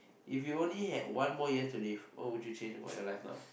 if you only had one more year to live what will you change about your life now